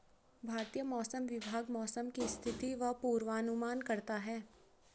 भारतीय मौसम विभाग मौसम की स्थिति का पूर्वानुमान करता है